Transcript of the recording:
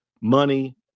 money